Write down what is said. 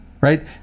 Right